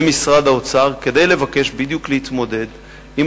למשרד האוצר כדי לבקש להתמודד בדיוק עם